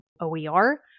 OER